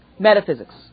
Metaphysics